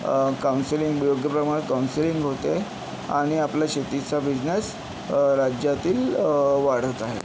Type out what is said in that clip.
counselling योग्य प्रमाणात counselling होतंय आणि आपल्या शेतीचा विकास राज्यातील वाढत आहे